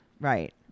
Right